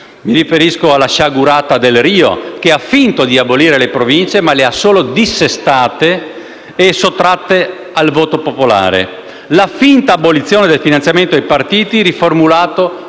Mi riferisco alla sciagurata legge Delrio, che ha finto di abolire le Province, ma le ha solo dissestate e sottratte al voto popolare, e alla finta abolizione del finanziamento ai partiti, riformulato